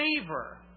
favor